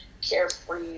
carefree